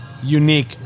Unique